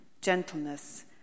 gentleness